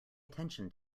attention